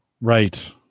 Right